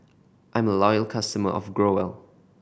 I'm a loyal customer of Growell